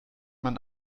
man